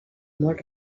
molt